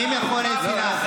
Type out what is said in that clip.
מי מחולל שנאה,